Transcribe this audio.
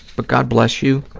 but god bless you,